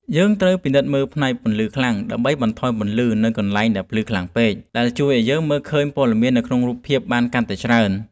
យើងត្រូវពិនិត្យមើលផ្នែក ពន្លឺខ្លាំង ដើម្បីបន្ថយពន្លឺនៅកន្លែងដែលភ្លឺខ្លាំងពេក ដែលជួយឱ្យយើងមើលឃើញព័ត៌មានក្នុងរូបភាពបានកាន់តែច្រើន។